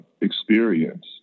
experience